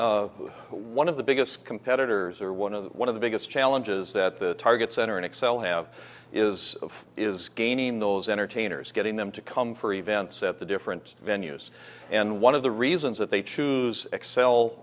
and one of the biggest competitors or one of the one of the biggest challenges that the target center in excel have is of is gaining those entertainers getting them to come for events at the different venues and one of the reasons that they choose excel